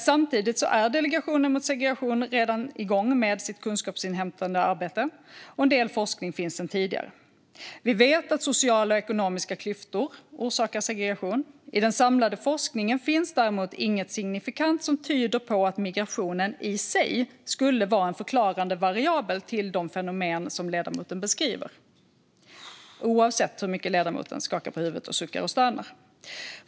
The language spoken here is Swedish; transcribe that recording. Samtidigt är Delegationen mot segregation redan igång med sitt kunskapsinhämtande arbete, och en del forskning finns sedan tidigare. Vi vet att sociala och ekonomiska klyftor orsakar segregation. I den samlade forskningen finns däremot inget signifikant som tyder på att migrationen i sig skulle vara en förklarande variabel till de fenomen som ledamoten beskriver - oavsett hur mycket ledamoten skakar på huvudet och suckar och stönar.